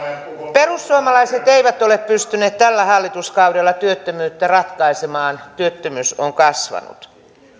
perussuomalaiset eivät ole pystyneet tällä hallituskaudella työttömyyttä ratkaisemaan työttömyys on kasvanut